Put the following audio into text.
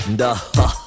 da-ha